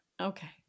Okay